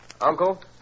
Uncle